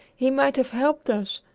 he might have helped us.